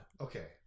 okay